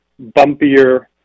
bumpier